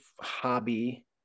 hobby